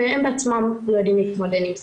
והם בעצמם לא יודעים להתמודד עם זה.